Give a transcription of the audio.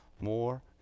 more